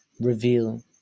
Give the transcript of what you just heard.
reveal